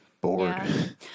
bored